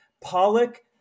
Pollock